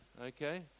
okay